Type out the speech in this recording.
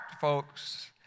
folks